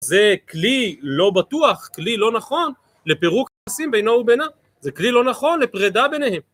זה כלי לא בטוח, כלי לא נכון לפירוק הנושאים בינו ובינה. זה כלי לא נכון לפרידה ביניהם.